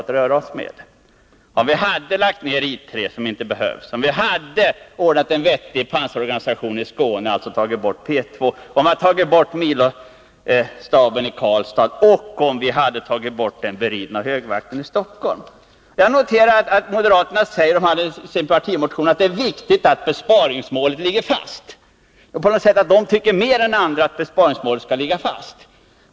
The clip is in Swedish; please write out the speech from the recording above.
Det hade blivit följden, om vi hade lagt ner I 3, som inte behövs, om vi hade ordnat en vettig pansarorganisation i Skåne och alltså tagit bort P 2, om vi hade tagit bort milostaben i Karlstad och om vi hade tagit bort den beridna högvakten i Stockholm. Jag noterar att moderaterna säger i sin partimotion att det är viktigt att besparingsmålet ligger fast, som om de på något sätt mer än andra tycker att besparingsmålet skall ligga fast.